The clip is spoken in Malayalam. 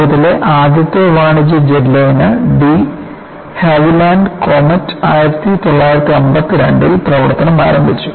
ലോകത്തിലെ ആദ്യത്തെ വാണിജ്യ ജെറ്റ്ലൈനർ ഡി ഹാവിലാൻഡ് കോമറ്റ് 1952 ൽ പ്രവർത്തനം ആരംഭിച്ചു